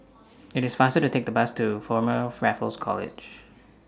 IT IS faster to Take The Bus to Former Raffles College